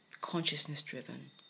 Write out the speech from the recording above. consciousness-driven